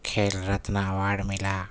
کھیل رتنا اوارڈ ملا